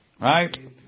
Right